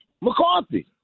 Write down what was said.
McCarthy